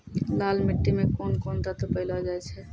लाल मिट्टी मे कोंन कोंन तत्व पैलो जाय छै?